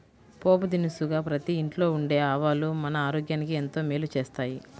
పోపు దినుసుగా ప్రతి ఇంట్లో ఉండే ఆవాలు మన ఆరోగ్యానికి ఎంతో మేలు చేస్తాయి